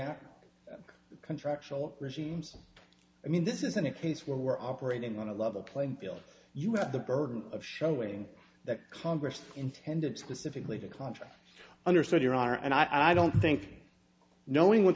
t contractual regimes i mean this isn't a case where we're operating on a level playing field you have the burden of showing that congress intended specifically to contract understood your honor and i don't think knowing what